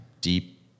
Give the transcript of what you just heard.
deep